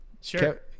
Sure